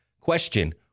question